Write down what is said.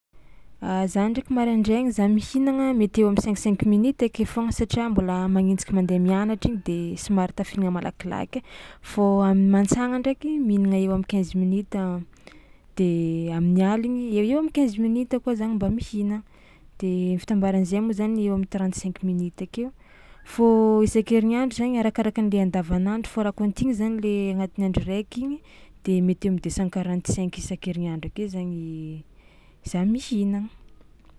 A za ndraiky maraindraigny za mihinagna mety eo am'cinq cinq minutes ake foagna satria mbôla magnenjiky mandeha mianatra iny de somary tafihina malakilaky ai fô am'mantsagna ndraiky mihinagna eo am'quinze minutes de amin'ny aligny eo ho eo am'quinze minutes koa zany mba mihina de ny fitambaran'izay moa zany eo am'trentr cinq minutes akeo fô isan-kerignandro arakaraka an'le andavanandro fô raha kaontina zany le agnatin'ny andro araiky igny de mety eo am'deux cent quarante cinq isan-kerignandro ake zagny za mihina.